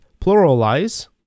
pluralize